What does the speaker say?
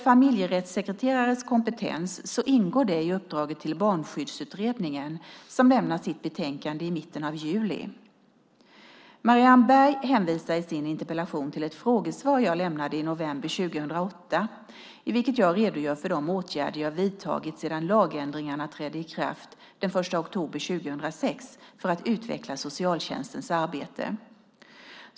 Familjerättssekreterares kompetens ingår i uppdraget till Barnskyddsutredningen som lämnar sitt betänkande i mitten av juli. Marianne Berg hänvisar i sin interpellation till ett frågesvar jag lämnade i november 2008 i vilket jag redogör för de åtgärder jag vidtagit sedan lagändringarna trädde i kraft den 1 oktober 2006 för att utveckla socialtjänstens arbete.